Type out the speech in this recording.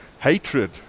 hatred